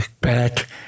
back